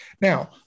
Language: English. Now